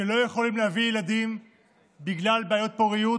שלא יכולים להביא ילדים בגלל בעיות פוריות